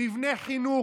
מבני חינוך.